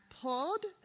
pulled